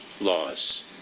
laws